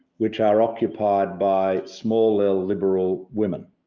which are occupied by small l liberal women.